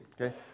okay